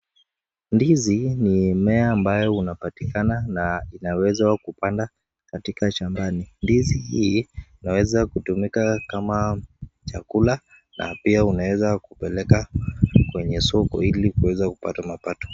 Ndizi ni mmea ambayo unapatikana na unawezwa kupanda katika shambani. Ndizi hii inaweza kutumika kama chakula na pia unaweza kupeleka kwenye soko ili kuweza kupata mapato.